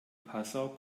passau